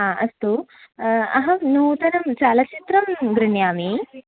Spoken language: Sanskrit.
आ अस्तु अहं नूतनं चलच्चित्रं गृह्णामि